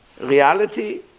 Reality